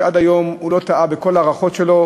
שעד היום לא טעה בכל ההערכות שלו,